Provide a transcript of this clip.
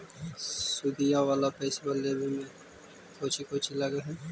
सुदिया वाला पैसबा लेबे में कोची कोची लगहय?